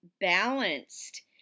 balanced